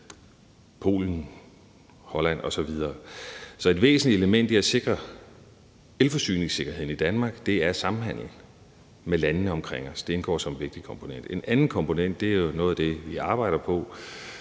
Polen, Holland osv. Så et væsentligt element i at sikre elforsyningssikkerheden i Danmark er samhandel med landene omkring os. Det indgår som en vigtig komponent. En anden komponent er jo noget af det, vi arbejder på